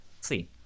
see